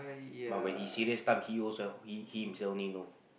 but when he serious time he himself only know